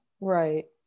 right